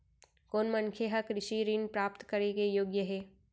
कोन मनखे ह कृषि ऋण प्राप्त करे के योग्य हे?